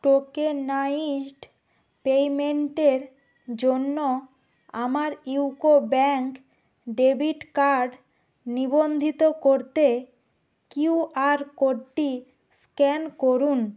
tokenised পেমেন্টের জন্য আমার ইউকো ব্যাংক ডেবিট কার্ড নিবন্ধিত করতে কিউ আর কোডটি স্ক্যান করুন